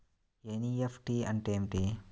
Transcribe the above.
NEFT అంటే ఏమిటీ?